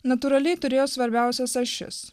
natūraliai turėjo svarbiausias ašis